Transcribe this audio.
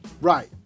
Right